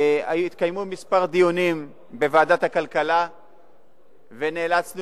התקיימו כמה דיונים בוועדת הכלכלה ונאלצנו